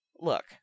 Look